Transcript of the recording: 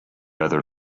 other